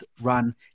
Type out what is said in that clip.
run